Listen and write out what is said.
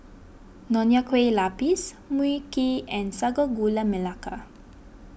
Nonya Kueh Lapis Mui Kee and Sago Gula Melaka